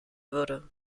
würde